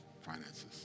finances